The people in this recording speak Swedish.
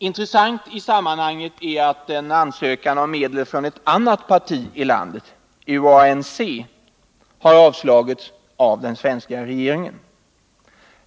Intressant i sammanhanget är att en ansökan om medel från ett annat parti ilandet, UANC, har avslagits av den svenska regeringen.